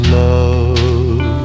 love